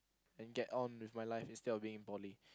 and get on with my life instead of being in poly